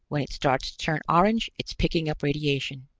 when it starts to turn orange, it's picking up radiation.